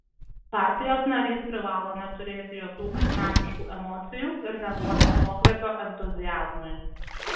partijos narys privalo neturėti jokių asmeniškų emocijų ir neduoti atokvėpio entuziazmui